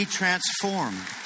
transformed